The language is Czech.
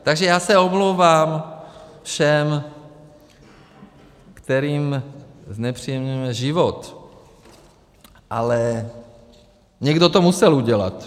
Takže já se omlouvám všem, kterým znepříjemňujeme život, ale někdo to musel udělat.